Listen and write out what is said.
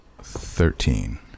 Thirteen